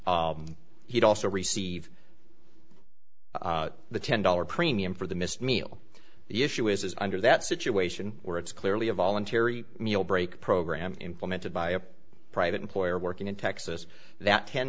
he also receive the ten dollars premium for the missed meal the issue is under that situation where it's clearly a voluntary meal break program implemented by a private employer working in texas that ten